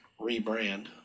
rebrand